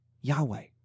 Yahweh